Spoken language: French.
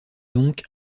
donc